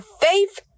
faith